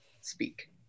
speak